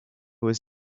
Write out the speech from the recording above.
was